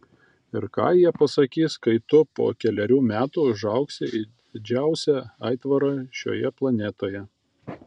ir ką jie pasakys kai tu po kelerių metų užaugsi į didžiausią aitvarą šioje planetoje